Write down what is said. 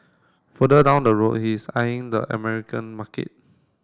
further down the road he is eyeing the American market